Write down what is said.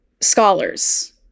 scholars